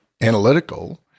analytical